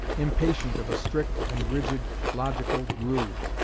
impatient of a strict and rigid logical groove,